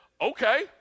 okay